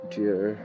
Dear